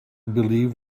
believe